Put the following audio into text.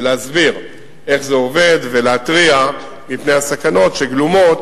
להסביר איך זה עובד ולהתריע מפני הסכנות שגלומות